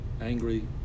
angry